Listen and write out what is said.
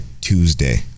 Tuesday